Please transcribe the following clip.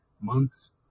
months